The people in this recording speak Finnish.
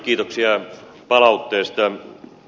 kiitoksia palautteesta